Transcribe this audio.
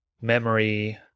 memory